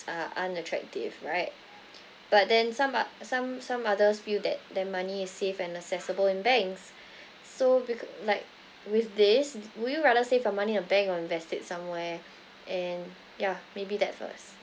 are unattractive right but then some oth~ some some others feel that their money is safe and accessible in banks so becau~ like with this would you rather save your money in bank or invest it somewhere and yeah maybe that first